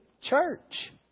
church